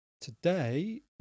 today